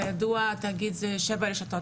כידוע התאגיד זה שבע רשתות,